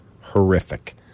Horrific